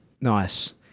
Nice